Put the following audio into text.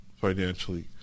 financially